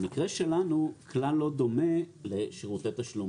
המקרה שלנו כלל לא דומה לשירותי תשלום.